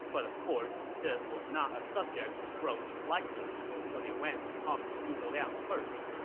but of course, this was not a subject to broach lightly, so they went to talk to zhuge liang first.